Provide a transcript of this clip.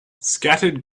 scattered